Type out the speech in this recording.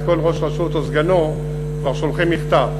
אז כל ראש רשות או סגנו כבר שולחים מכתב.